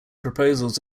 proposals